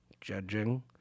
Judging